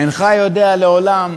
אינך יודע לעולם